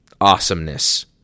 awesomeness